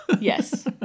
Yes